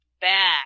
back